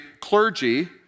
clergy